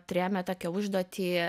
turėjome tokią užduotį